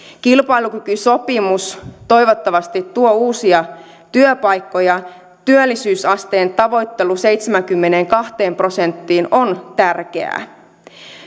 kilpailukykysopimus toivottavasti tuo uusia työpaikkoja työllisyysasteen tavoittelu seitsemäänkymmeneenkahteen prosenttiin on tärkeää